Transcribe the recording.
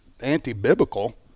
anti-biblical